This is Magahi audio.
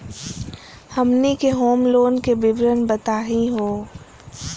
हमनी के होम लोन के विवरण बताही हो?